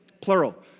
Plural